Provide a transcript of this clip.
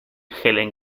helen